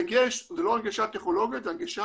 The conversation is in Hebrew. בדגש שזה לא הנגשת טכנולוגיות אלא זו הנגשה